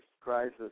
crisis